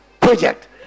Project